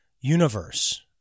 universe